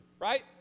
right